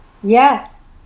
Yes